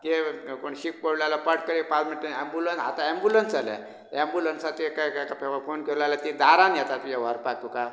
कियें कोण शीक पडलो जाल्यार पट करून पांच मिनटान एम्बुलन्स आतां एम्बुलन्स जाल्या एम्बुलन्साक ते काय फोन केलो जाल्यार ती दारान येता तुज्या व्हरपाक तुका